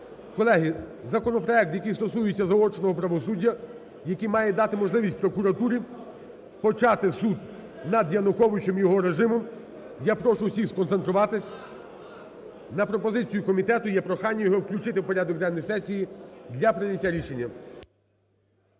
Колеги, законопроект, який стосується заочного правосуддя, який має дати можливість прокуратурі почати суд над Януковичем і його режимом. Я прошу всіх сконцентруватися. На пропозицію комітету є прохання його включити в порядок денний сесії для прийняття рішення.